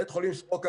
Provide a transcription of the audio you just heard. תודה.